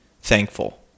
thankful